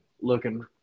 looking